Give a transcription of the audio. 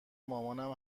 مامان